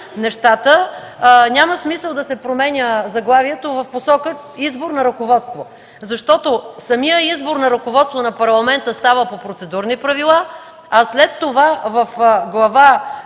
нещата. Няма смисъл да се променя заглавието в посока „избор на ръководство”, защото самият избор на ръководство на Парламента става по процедурни правила, а след това в Глава